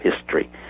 history